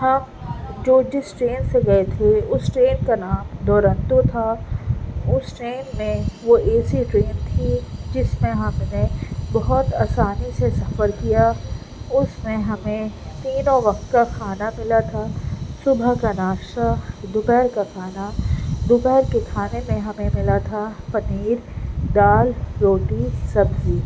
ہم جو جس ٹرین سے گئے تھے اس ٹرین کا نام ڈورنٹو تھا اس ٹرین میں وہ اے سی تھی جس میں ہم نے بہت اسانی سے سفر کیا اس میں ہمیں تینوں وقت کا کھانا ملا تھا صبح کا ناشتا دوپہر کا کھانا دوپہر کے کھانے میں ہمیں ملا تھا پنیر دال روٹی سبزی